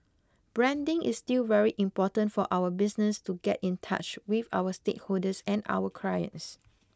branding is still very important for our business to get in touch with our stakeholders and our clients